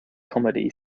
comedy